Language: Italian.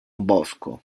bosco